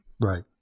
right